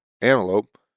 antelope